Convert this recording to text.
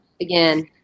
again